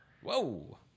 Whoa